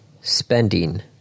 spending